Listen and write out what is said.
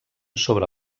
sobre